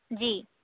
जी